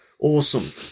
Awesome